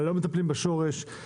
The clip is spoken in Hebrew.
לא מטפלים בשורש.